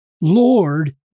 Lord